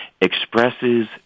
expresses